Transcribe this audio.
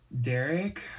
Derek